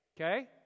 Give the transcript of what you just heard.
okay